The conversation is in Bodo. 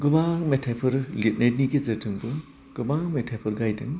गोबां मेथाइफोर लिरनायनि गेजेरजोंबो गोबां मेथाइफोर गाइदों